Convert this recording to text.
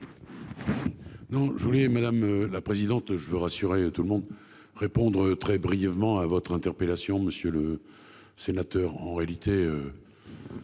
Non je voulais madame la présidente. Je veux rassurer tout le monde répondre très brièvement à votre interpellation. Monsieur le sénateur, en réalité.